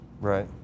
right